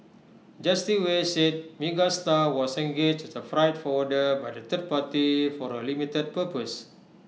Justice Wei said Megastar was engaged as A freight forwarder by the third party for A limited purpose